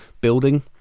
building